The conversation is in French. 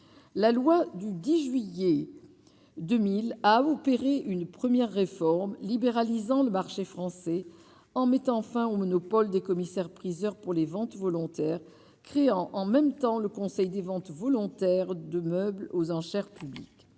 la loi du 10 juillet 2000 a opéré une première réforme libéralisant le marché français en mettant fin au monopole des commissaires-priseurs pour les ventes volontaires créant en même temps, le Conseil des ventes volontaires de meubles aux enchères publiques,